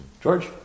George